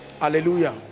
hallelujah